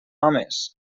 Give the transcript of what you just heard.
homes